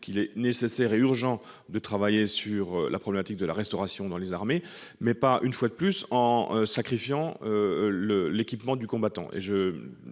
sur la nécessité et l'urgence de travailler sur la problématique de la restauration dans les armées, mais, encore une fois, pas en sacrifiant l'équipement du combattant.